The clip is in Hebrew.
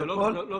זו לא בשורה.